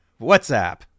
WhatsApp